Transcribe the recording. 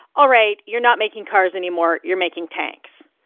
all right, you're not making cars, anymore you're making tanks?